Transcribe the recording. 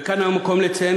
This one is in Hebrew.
וכאן המקום לציין,